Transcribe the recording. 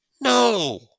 No